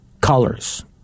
colors